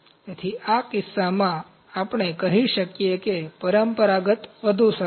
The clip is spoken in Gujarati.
તેથી આ કિસ્સામાં આપણે કહી શકીએ કે પરંપરાગત વધુ સારું છે